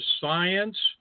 science